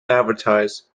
advertise